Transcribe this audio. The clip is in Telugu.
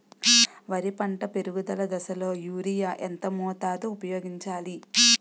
వరి పంట పెరుగుదల దశలో యూరియా ఎంత మోతాదు ఊపయోగించాలి?